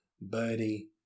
Birdie